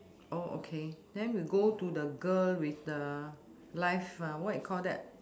oh okay then we'll go to the girl with the live err what you call that